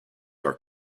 are